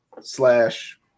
slash